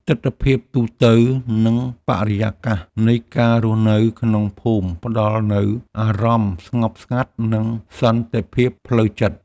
ទិដ្ឋភាពទូទៅ និងបរិយាកាសនៃការរស់នៅក្នុងភូមិផ្ដល់នូវអារម្មណ៍ស្ងប់ស្ងាត់ និងសន្តិភាពផ្លូវចិត្ត។